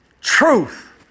Truth